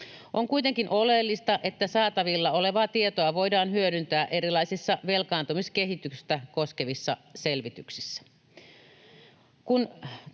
On kuitenkin oleellista, että saatavilla olevaa tietoa voidaan hyödyntää erilaisissa velkaantumiskehitystä koskevissa selvityksissä.